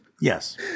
yes